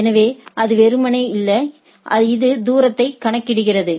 எனவேஅது வெறுமனே இல்லை இது தூரத்தை கணக்கிடுகிறது